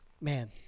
man